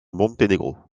monténégro